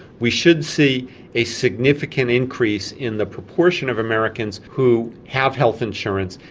we should see a significant increase in the proportion of americans who have health insurance,